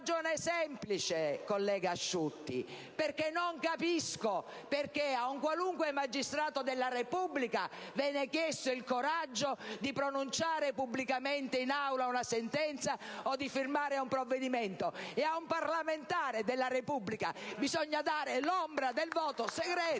una ragione semplice, collega Asciutti. Non capisco perché a un qualunque magistrato della Repubblica viene chiesto il coraggio di pronunciare pubblicamente in aula una sentenza o di firmare un provvedimento, e a un parlamentare della Repubblica bisogna dare l'ombra del voto segreto.